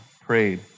prayed